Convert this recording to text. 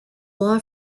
law